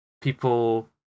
people